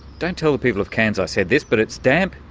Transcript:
don't tell the people of cairns i said this, but it's damp,